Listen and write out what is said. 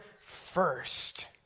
first